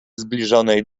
zbliżonej